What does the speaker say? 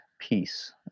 peace